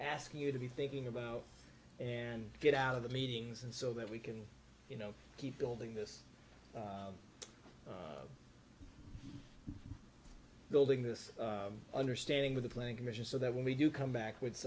asking you to be thinking about and get out of the meetings so that we can you know keep building this building this understanding with the planning commission so that when we do come back with